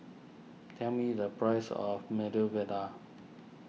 tell me the price of Medu Vada